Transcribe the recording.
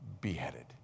beheaded